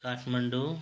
Kathmandu